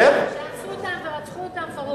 אנסו אותם ורצחו אותם.